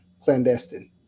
clandestine